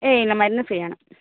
എയ് ഇല്ല മരുന്ന് ഫ്രീ ആണ്